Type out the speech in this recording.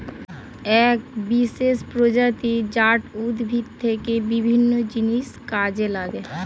এক বিশেষ প্রজাতি জাট উদ্ভিদ থেকে বিভিন্ন জিনিস কাজে লাগে